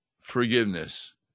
forgiveness